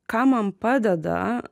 ką man padeda